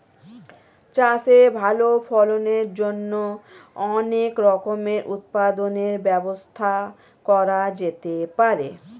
চাষে ভালো ফলনের জন্য অনেক রকমের উৎপাদনের ব্যবস্থা করা যেতে পারে